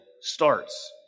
starts